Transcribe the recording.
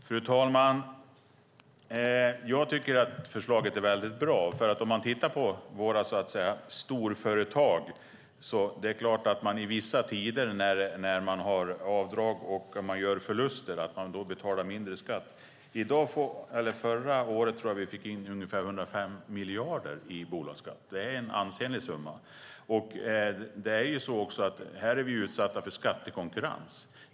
Fru talman! Jag tycker att förslaget är väldigt bra. Det är klart att våra storföretag vissa tider, när de har avdrag och gör förluster, betalar mindre i skatt. Förra året tror jag att vi fick in ungefär 105 miljarder i bolagsskatt. Det är en ansenlig summa. Det är också så att vi är utsatta för skattekonkurrens.